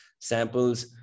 samples